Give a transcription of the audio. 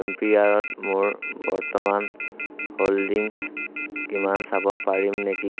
M P আৰত মোৰ বৰ্তমান হোল্ডিংছ কিমান চাব পাৰিম নেকি